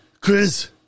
Chris